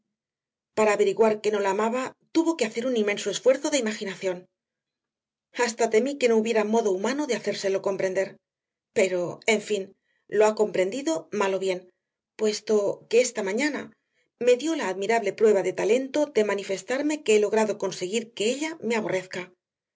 para averiguar que no la amaba tuvo que hacer un inmenso esfuerzo de imaginación hasta temí que no hubiera modo humano de hacérselo comprender pero en fin lo ha comprendido mal o bien puesto que esta mañana me dio la admirable prueba de talento de manifestarme que he logrado conseguir que ella me aborrezca